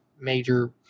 major